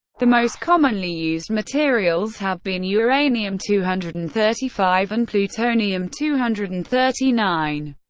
the most commonly used materials have been uranium two hundred and thirty five and plutonium two hundred and thirty nine.